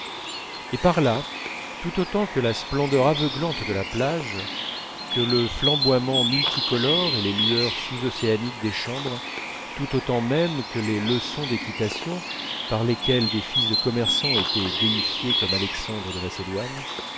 et par là tout autant que la splendeur aveuglante de la plage que le flamboiement multicolore et les lueurs sous océaniques des chambres tout autant même que les leçons d'équitation par lesquelles des fils de commerçants étaient déifiés comme alexandre de macédoine